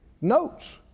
notes